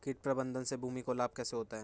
कीट प्रबंधन से भूमि को लाभ कैसे होता है?